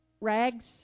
rags